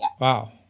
Wow